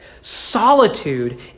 Solitude